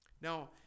Now